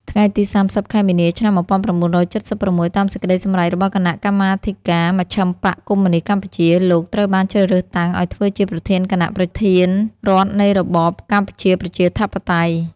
ថ្ងៃទី ៣០ ខែមីនា ឆ្នាំ ១៩៧៦ តាមសេចក្តីសម្រេចរបស់គណៈកម្មាធិការមជ្ឈិមបក្សកុម្មុយនីស្តកម្ពុជា លោក ត្រូវបានជ្រើសតាំងឱ្យធើ្វជាប្រធានគណៈប្រធានរដ្ឋនៃរបបកម្ពុជាប្រជាធិបតេយ្យ ។